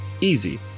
Easy